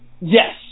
yes